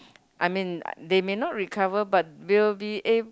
I mean they may not recover but will be ab~